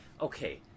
Okay